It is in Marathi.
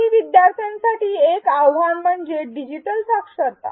काही विद्यार्थ्यांसाठी आणखी एक आव्हान म्हणजे डिजिटल साक्षरता